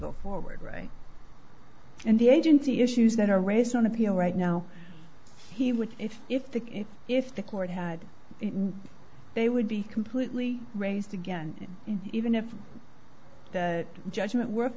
go forward right in the agency issues that are raised on appeal right now he would if if the if the court had they would be completely raised again even if the judgment w